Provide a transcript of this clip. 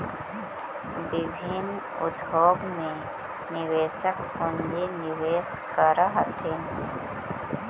विभिन्न उद्योग में निवेशक पूंजी निवेश करऽ हथिन